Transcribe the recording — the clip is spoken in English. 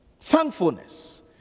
thankfulness